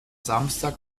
samstag